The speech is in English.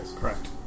correct